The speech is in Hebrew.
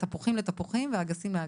בין תפוחים לתפוחים ואגסים לאגסים.